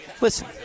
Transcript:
Listen